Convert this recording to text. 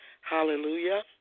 Hallelujah